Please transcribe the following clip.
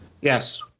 Yes